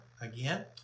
again